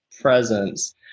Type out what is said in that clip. presence